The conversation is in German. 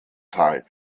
tal